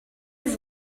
his